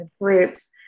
groups